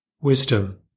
Wisdom